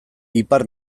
ipar